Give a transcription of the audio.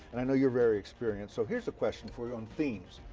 and i know you're very experienced. so here's a question for you on themes.